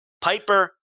Piper